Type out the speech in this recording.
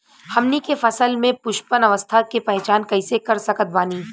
हमनी के फसल में पुष्पन अवस्था के पहचान कइसे कर सकत बानी?